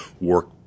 work